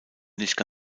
nicht